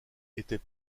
était